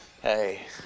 hey